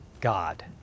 God